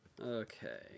Okay